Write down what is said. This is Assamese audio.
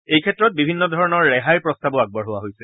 এই ক্ষেত্ৰত বিভিন্ন ধৰণৰ ৰেহাইৰ প্ৰস্তাৱো আগবঢ়োৱা হৈছে